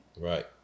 right